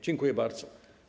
Dziękuję bardzo.